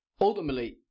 Ultimately